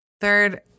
Third